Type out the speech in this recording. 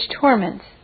torments